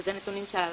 ואלה נתונים של הלמ"ס,